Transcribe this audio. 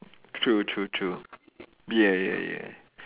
true true true ya ya ya